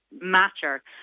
matter